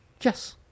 Yes